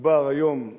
מדובר היום על